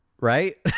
Right